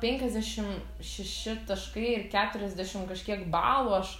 penkiasdešim šeši taškai ir keturiasdešim kažkiek balų aš